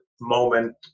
moment